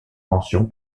mention